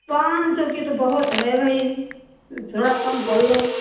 पाँच सौ की तो बहुत है भाई थोड़ा कम कर लो